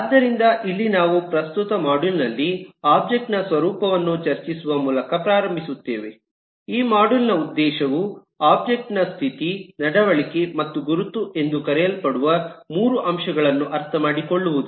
ಆದ್ದರಿಂದ ಇಲ್ಲಿ ನಾವು ಪ್ರಸ್ತುತ ಮಾಡ್ಯೂಲ್ ನಲ್ಲಿ ಒಬ್ಜೆಕ್ಟ್ ನ ಸ್ವರೂಪವನ್ನು ಚರ್ಚಿಸುವ ಮೂಲಕ ಪ್ರಾರಂಭಿಸುತ್ತೇವೆ ಈ ಮಾಡ್ಯೂಲ್ ನ ಉದ್ದೇಶವು ಒಬ್ಜೆಕ್ಟ್ ನ ಸ್ಥಿತಿ ನಡವಳಿಕೆ ಮತ್ತು ಗುರುತು ಎಂದು ಕರೆಯಲ್ಪಡುವ ಮೂರು ಅಂಶಗಳನ್ನು ಅರ್ಥಮಾಡಿಕೊಳ್ಳುವುದು